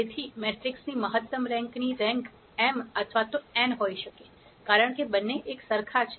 તેથી મેટ્રિક્સની મહત્તમ રેન્ક ની રેન્ક m અથવા n હોઈ શકે છે કારણ કે બંને એકસરખા છે